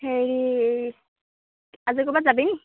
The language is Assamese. হেৰি এই আজি ক'ৰবাত যাবিনি